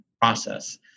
process